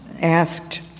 asked